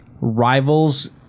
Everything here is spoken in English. rivals